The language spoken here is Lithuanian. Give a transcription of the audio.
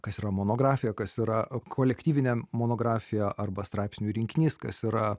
kas yra monografija kas yra kolektyvinė monografija arba straipsnių rinkinys kas yra